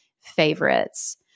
favorites